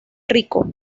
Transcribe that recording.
rico